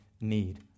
need